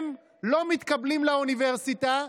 הם לא מתקבלים לאוניברסיטה,